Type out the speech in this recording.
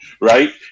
right